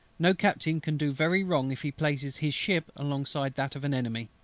no captain can do very wrong if he places his ship alongside that of an enemy.